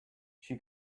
she